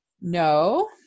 No